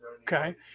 okay